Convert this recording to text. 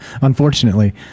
Unfortunately